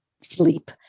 sleep